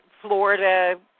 Florida